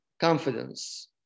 Confidence